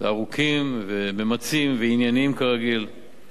ארוכים וממצים וענייניים כרגיל.